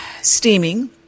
steaming